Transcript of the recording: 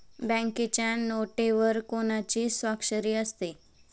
बँकेच्या नोटेवर कोणाची स्वाक्षरी आहे?